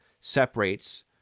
separates